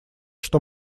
что